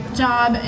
job